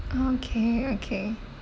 okay okay